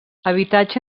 habitatge